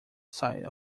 sight